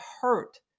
hurt